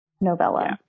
novella